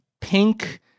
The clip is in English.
pink